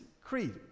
creed